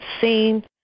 seen